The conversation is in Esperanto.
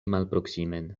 malproksimen